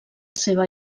seva